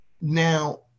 Now